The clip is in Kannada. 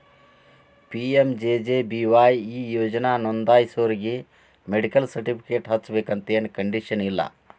ಪಿ.ಎಂ.ಜೆ.ಜೆ.ಬಿ.ವಾಯ್ ಈ ಯೋಜನಾ ನೋಂದಾಸೋರಿಗಿ ಮೆಡಿಕಲ್ ಸರ್ಟಿಫಿಕೇಟ್ ಹಚ್ಚಬೇಕಂತೆನ್ ಕಂಡೇಶನ್ ಇಲ್ಲ